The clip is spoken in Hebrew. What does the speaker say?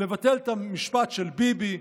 לבטל את המשפט של ביבי.